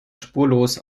spurlos